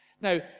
Now